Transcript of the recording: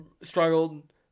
struggled